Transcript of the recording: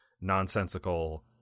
nonsensical